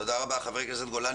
תודה רבה, חבר הכנסת גולן.